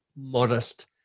modest